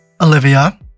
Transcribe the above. Olivia